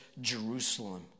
Jerusalem